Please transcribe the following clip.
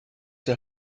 der